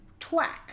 twack